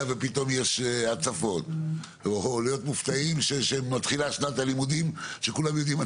ופתאום יש הצפות או יכולים להיות מופתעים שמתחילה שנת הלימודים,